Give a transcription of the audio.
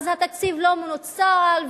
התקציב לא מנוצל,